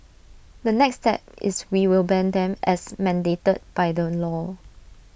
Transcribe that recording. the next step is we will ban them as mandated by the law